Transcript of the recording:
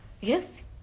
Yes